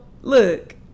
look